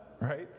right